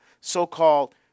so-called